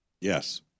Yes